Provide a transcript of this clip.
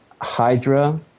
Hydra